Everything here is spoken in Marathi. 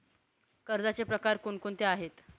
कर्जाचे प्रकार कोणकोणते आहेत?